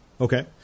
Okay